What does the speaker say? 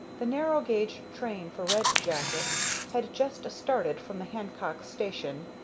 the narrow-gauge train for red jacket had just started from the hancock station,